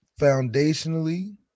Foundationally